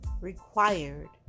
required